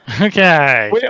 Okay